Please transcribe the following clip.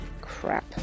crap